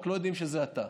רק לא יודעים שזה אתה.